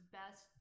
best